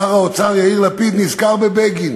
שר האוצר יאיר לפיד נזכר בבגין